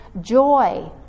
joy